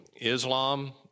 Islam